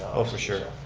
oh, for sure,